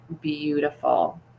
beautiful